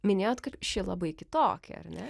minėjot kad ši labai kitokia ar ne